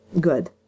Good